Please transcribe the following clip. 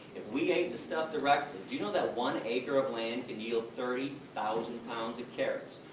if we ate the stuff directly. do you know that one acre of land can yield thirty thousand pounds of carrots,